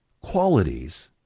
qualities